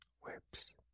whips